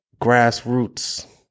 grassroots